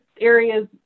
areas